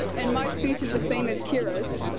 and my speech is the same as kyra's.